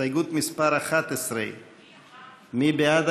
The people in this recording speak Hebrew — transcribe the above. הסתייגות מס' 11. מי בעד